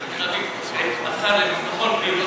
צריכה להביא את השר לביטחון פנים,